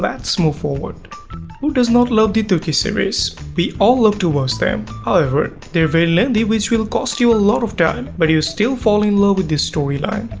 let's move forward who does not love the turkish series? we all love to watch them. however, they are very lengthy which will cost you a lot of time but you still fall in love with the storyline.